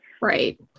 Right